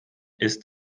ist